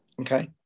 Okay